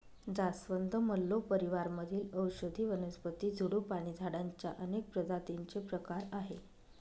जास्वंद, मल्लो परिवार मधील औषधी वनस्पती, झुडूप आणि झाडांच्या अनेक प्रजातींचे प्रकार आहे